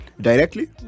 directly